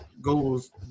goes